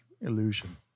illusion